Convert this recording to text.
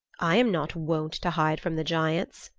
i am not wont to hide from the giants,